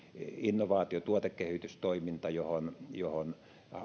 innovaatio ja tuotekehitystoiminta johon johon